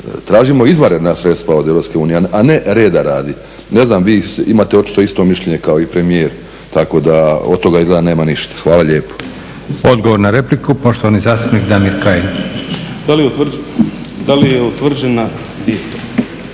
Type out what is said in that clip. Tražimo izvanredna sredstva od EU, a ne reda radi. Ne znam, vi imate očito isto mišljenje kao i premijer tako da od toga izgleda nema ništa. Hvala lijepo. **Leko, Josip (SDP)** Odgovor na repliku, poštovani zastupnik Damir Kajin. **Kajin, Damir